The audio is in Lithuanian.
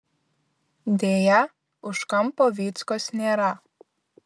deja už kampo vyckos nėra